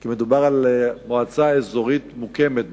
כי מדובר על מועצה אזורית מוקמת בעצם,